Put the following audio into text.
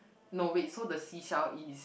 no wait so the seashell is